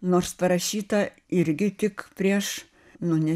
nors parašyta irgi tik prieš nu ne